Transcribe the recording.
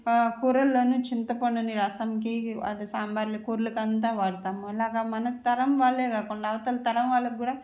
కూరల్లోనూ చింతపండుని రసంకి అండ్ సాంబార్ కూరలకు అంత వాడుతాము ఇలాగా మన తరం వాళ్లే కాకుండా అవతల తరం వాళ్ళకు కూడా